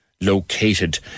located